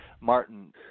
Martin